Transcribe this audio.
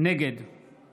נגד